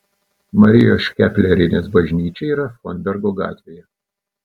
marijos škaplierinės bažnyčia yra fonbergo gatvėje